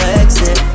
exit